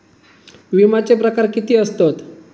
विमाचे प्रकार किती असतत?